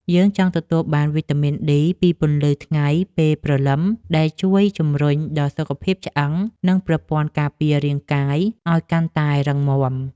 យើងចង់ទទួលបានវីតាមីនឌី ពីពន្លឺថ្ងៃពេលព្រលឹម ដែលជួយជម្រុញដល់សុខភាពឆ្អឹង និងប្រព័ន្ធការពាររាងកាយឱ្យកាន់តែរឹងមាំ។